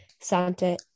Santa